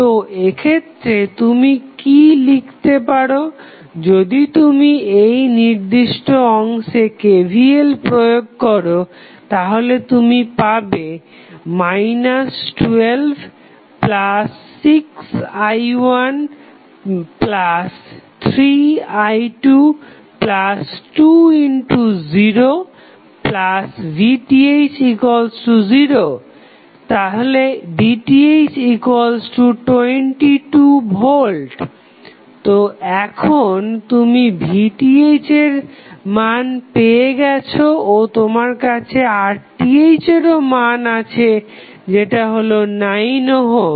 তো এক্ষেত্রে তুমি কি লিখতে পারো যদি তুমি এই নির্দিষ্ট অংশে KVL প্রয়োগ করো তাহলে তুমি পাবে 126i13i220VTh0 VTh22V তো এখন তুমি VTh এর মান পেয়ে গেছো ও তোমার কাছে RTh এরও মান আছে যেটা হলো 9 ওহম